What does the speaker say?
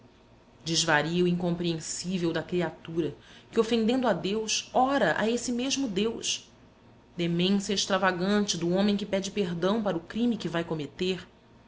desvario incompreensível da criatura que ofendendo a deus ora a esse mesmo deus demência extravagante do homem que pede perdão para o crime que vai cometer